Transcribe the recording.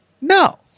No